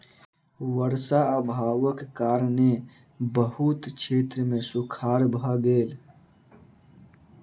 वर्षा अभावक कारणेँ बहुत क्षेत्र मे सूखाड़ भ गेल